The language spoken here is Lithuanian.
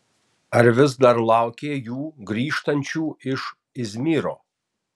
ar vis dar laukė jų grįžtančių iš izmyro